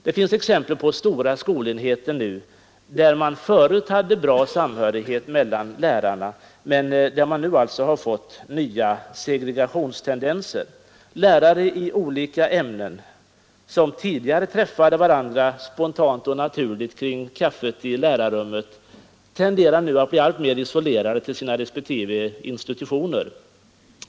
Det finns exempel på stora skolenheter där man tidigare hade bra samhörighet mellan lärarna men där man nu har fått nya segregationstendenser. Lärare i olika ämnen som tidigare träffat varandra spontant och naturligt kring kaffet i lärarrummet tenderar nu att bli alltmer isolerade till sina respektive institutioner.